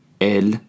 El